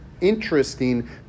interesting